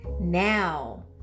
now